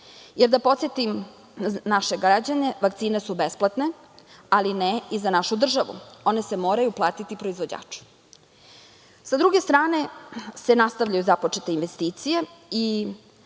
Da podsetim naše građane, vakcine su besplatne, ali i ne za našu državu, one se moraju platiti proizvođaču. Sa druge strane se nastavljaju započete investicije i